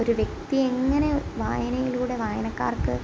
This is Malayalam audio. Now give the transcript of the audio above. ഒരു വ്യക്തിയെയെങ്ങനെ വായനയിലൂടെ വായനക്കാർക്ക്